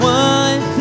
one